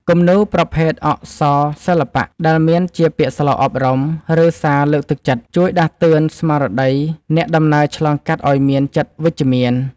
គំនូរប្រភេទ អក្សរសិល្បៈ ដែលមានជាពាក្យស្លោកអប់រំ ឬសារលើកទឹកចិត្ត ជួយដាស់តឿនស្មារតីអ្នកដំណើរឆ្លងកាត់ឱ្យមានចិត្តវិជ្ជមាន។